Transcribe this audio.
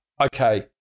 okay